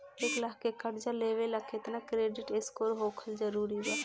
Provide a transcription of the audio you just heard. एक लाख के कर्जा लेवेला केतना क्रेडिट स्कोर होखल् जरूरी बा?